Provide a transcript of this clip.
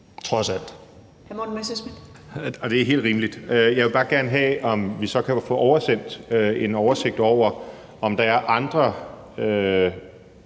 trods alt.